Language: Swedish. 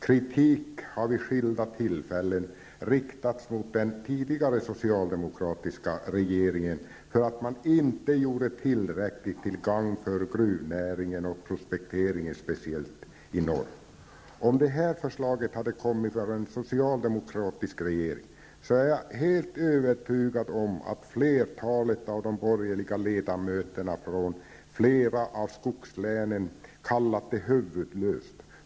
Kritik har vid skilda tillfällen riktats mot den tidigare, socialdemokratiska regeringen för att den inte gjorde tillräckligt till gagn för gruvnäringen och prospekteringen, speciellt i norr. Om det här förslaget hade kommit från en socialdemokratisk regering, är jag helt övertygad om att flertalet av de borgerliga ledamöterna från flera av skogslänen hade kallat det huvudlöst.